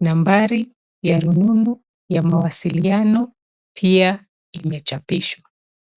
Nambari ya rununu ya mawasiliano pia imechapishwa.